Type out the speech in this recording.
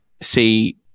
see